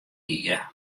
gie